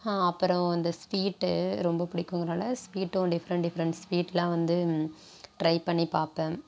அப்புறம் இந்த ஸ்வீட்டு ரொம்பப் பிடிக்குங்கிறனால ஸ்வீட்டும் டிஃப்ரெண்ட் டிஃப்ரெண்ட் ஸ்வீட்லாம் வந்து ட்ரைப் பண்ணிப் பார்ப்பேன்